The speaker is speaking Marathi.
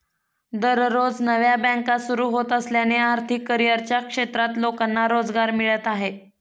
दररोज नव्या बँका सुरू होत असल्याने आर्थिक करिअरच्या क्षेत्रात लोकांना रोजगार मिळत आहे